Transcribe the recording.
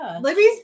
Libby's